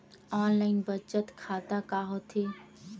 Online बचत खाता का होथे?